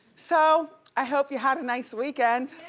so i hope you had a nice weekend.